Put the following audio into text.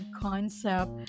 concept